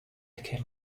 came